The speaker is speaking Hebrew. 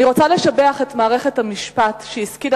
אני רוצה לשבח את מערכת המשפט שהשכילה